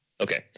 Okay